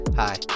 Hi